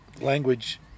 language